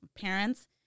parents